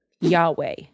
Yahweh